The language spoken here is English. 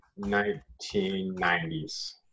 1990s